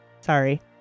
Sorry